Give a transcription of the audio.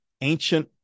ancient